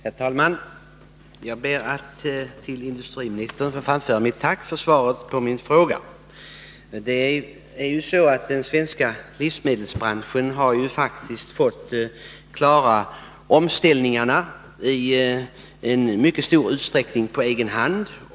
Herr talman! Jag ber att till industriministern få framföra mitt tack för svaret på min fråga. Den svenska livsmedelsbranschen har i mycket stor utsträckning fått klara omställningarna på egen hand.